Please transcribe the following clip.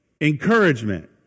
encouragement